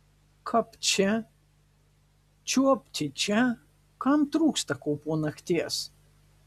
kapt čia čiuopti čia kam trūksta ko po nakties